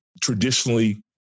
Traditionally